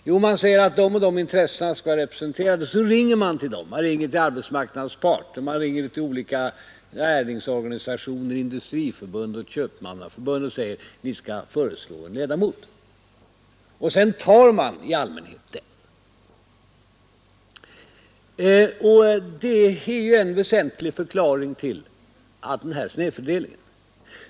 Jo, man säger att de och de intressena skall representeras, och sedan ringer man till arbetsmarknadens parter, man ringer till näringslivets organisationer såsom Industriförbundet och Köpmannaförbundet, och säger att ni skall föreslå en ledamot. Sedan tar man i allmänhet den som blir föreslagen. Det är en väsentlig förklaring till den här snedfördelningen.